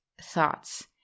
thoughts